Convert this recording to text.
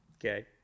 okay